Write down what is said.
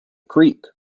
creek